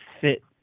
fit